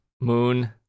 moon